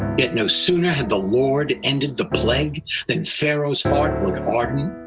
yet no sooner had the lord ended the plague than pharaoh's heart would harden,